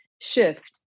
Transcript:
shift